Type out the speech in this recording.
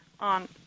on